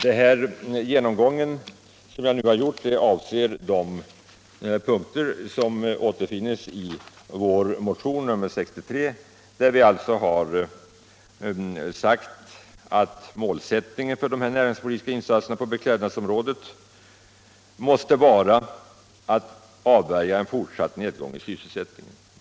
Den genomgång som jag nu gjort avser de punkter som återfinnes i vår motion nr 63, där vi sagt att målsättningen för de näringspolitiska insatserna på beklädnadsområdet måste vara att avvärja en fortsatt nedgång i sysselsättningen.